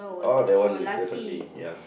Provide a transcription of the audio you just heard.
oh that one is definitely ya